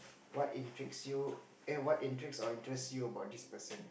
what intrigues you eh what intrigues or interest you about this person